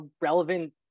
relevant